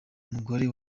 umugore